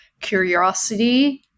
curiosity